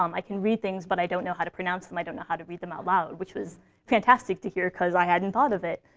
um i can read things, but i don't know how to pronounce them. i don't know how to read them out loud. which was fantastic to hear, because i hadn't thought of it.